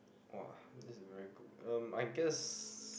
!wah! this is very good um I guess